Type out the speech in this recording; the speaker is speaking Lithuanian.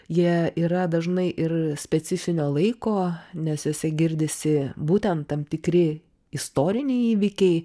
jie yra dažnai ir specifinio laiko nes juose girdisi būtent tam tikri istoriniai įvykiai